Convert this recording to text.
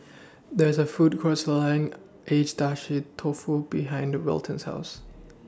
There's A Food Court Selling Agedashi Dofu behind The Wilton's House